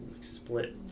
split